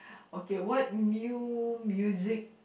okay what new music